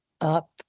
up